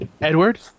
Edward